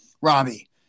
Robbie